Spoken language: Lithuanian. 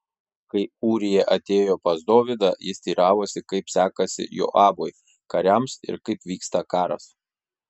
kai ūrija atėjo pas dovydą jis teiravosi kaip sekasi joabui kariams ir kaip vyksta karas